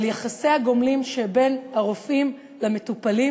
יחסי הגומלין שבין הרופאים למטופלים.